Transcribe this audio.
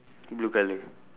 blue colour